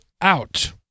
out